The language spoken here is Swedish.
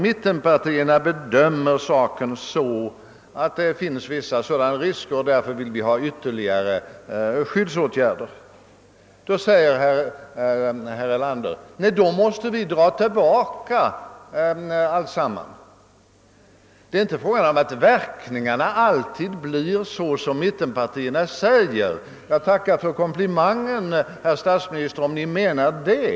Mittenpartierna bedömer alltså frågan så att det finns vissa risker och vill därför ha ytterligare skyddsåtgärder. Då säger herr Erlander att man måste låta hela frågan falla. Det är alltså inte fråga om att verkningarna alltid kunde förväntas bli sådana som mittenpartierna angav. Jag skulle tacka för komplimangen, herr statsminister, om Ni menade detta.